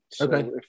Okay